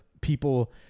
people